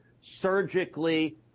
surgically